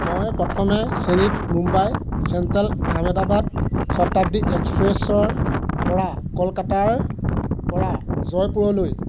মই প্ৰথমে শ্ৰেণীত মুম্বাই চেণ্ট্ৰেল আহমেদাবাদ শতাব্দী এক্সপ্ৰেছৰ পৰা কলকাতাৰ পৰা জয়পুৰলৈ